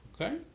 Okay